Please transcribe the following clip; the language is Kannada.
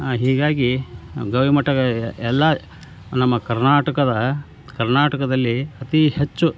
ಅ ಹೀಗಾಗಿ ಗವಿ ಮಠದ ಎಲ್ಲಾ ನಮ್ಮ ಕರ್ನಾಟಕದ ಕರ್ನಾಟಕದಲ್ಲಿ ಅತಿ ಹೆಚ್ಚು